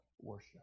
worship